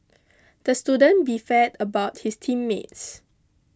the student beefed about his team meets